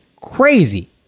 crazy